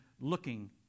looking